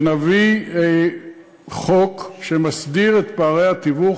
ונביא חוק שמסדיר את פערי התיווך,